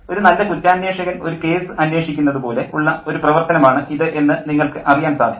ഒരു നല്ല കുറ്റാന്വേഷകൻ ഒരു കേസ് അന്വേഷിക്കുന്നതു പോലെ ഉള്ള ഒരു പ്രവർത്തനമാണ് ഇത് എന്ന് നിങ്ങൾക്ക് അറിയാൻ സാധിക്കും